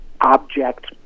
object